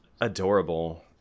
adorable